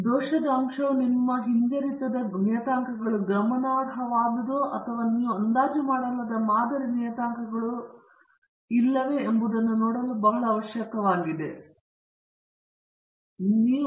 ದೋಷದ ಅಂಶವು ನಿಮ್ಮ ಹಿಂಜರಿತದ ನಿಯತಾಂಕಗಳು ಗಮನಾರ್ಹವಾದುದೋ ಅಥವಾ ನೀವು ಅಂದಾಜು ಮಾಡಲಾದ ಮಾದರಿ ನಿಯತಾಂಕಗಳು ಇಲ್ಲವೇ ಎಂಬುದನ್ನು ನೋಡಲು ಬಹಳ ಅವಶ್ಯಕವಾಗಿದೆ ಅವುಗಳಲ್ಲಿ ಎಷ್ಟು ವಾಸ್ತವವಾಗಿ ಪ್ರಕ್ರಿಯೆಯ ಪ್ರತಿಕ್ರಿಯೆಯ ಮೇಲೆ ಪರಿಣಾಮ ಬೀರುತ್ತವೆ ಮತ್ತು ಅವುಗಳಲ್ಲಿ ಎಷ್ಟು ಕಡಿಮೆ ಮೌಲ್ಯವನ್ನು ಹೊಂದಿರುವ ಮಬ್ಬು ನಿಯತಾಂಕಗಳು